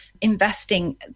investing